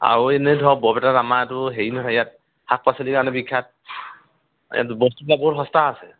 আৰু এনেই ধৰক বৰপেটাত আমাৰটো হেৰি নহয় ইয়াত শাক পাচলিৰ কাৰণে বিখ্যাত এইটো বস্তুবিলাক বহুত সস্তা আছে